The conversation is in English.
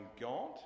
God